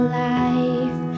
life